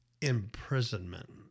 imprisonment